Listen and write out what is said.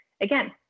again